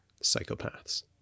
Psychopaths